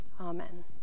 Amen